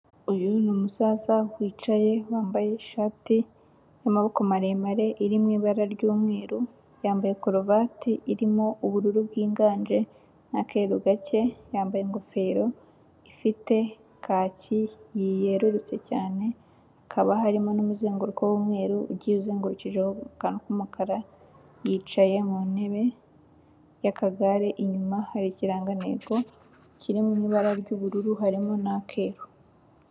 Uyu ni musaza wicaye wambaye ishati y'amaboko maremare iri mu ibara ry'umweru, yambaye karuvati irimo ubururu bwiganje n'akaru gake, yambaye ingofero ifite kaki yi yerurutse cyane. Hakaba harimo n'umuzenguruko w'umweru ugiye uzengurukijeho akantu k'umukara, yicaye mu ntebe y'akagare. Inyuma hari ikirangantego kiri mu ibara ry'ubururu harimo na keru.